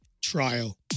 trial